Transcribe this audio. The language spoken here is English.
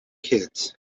kids